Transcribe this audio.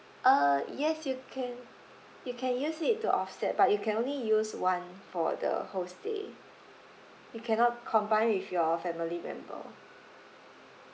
uh yes you can you can use it to offset but you can only use one for the whole stay you cannot combine with your family member